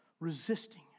Resisting